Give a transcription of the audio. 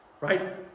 right